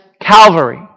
Calvary